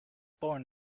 born